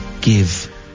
give